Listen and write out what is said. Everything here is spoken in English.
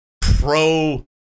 pro